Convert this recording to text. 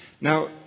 Now